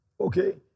okay